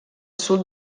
sud